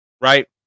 right